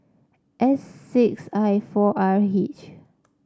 S six I four R H